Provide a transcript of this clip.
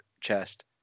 chest